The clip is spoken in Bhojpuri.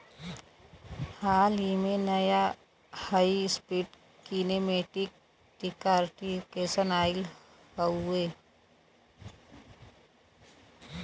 हाल ही में, नया high speed kinematic decortication oil हउवे